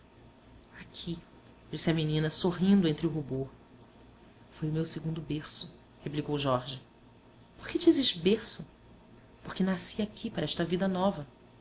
aqui disse a menina sorrindo entre o rubor foi o meu segundo berço replicou jorge por que dizes berço porque nasci aqui para esta vida nova